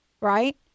Right